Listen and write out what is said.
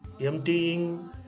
emptying